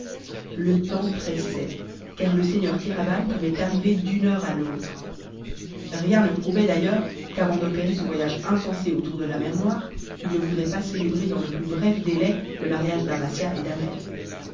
le temps pressait car le seigneur kéraban pouvait arriver d'une heure à l'autre rien ne prouvait d'ailleurs qu'avant d'opérer ce voyage insensé autour de la mer noire il ne voudrait pas célébrer dans le plus bref délai le mariage d'amasia et d'ahmet